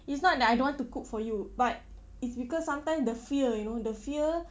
it's not that I don't want to cook for you but it's because sometime the fear you know the fear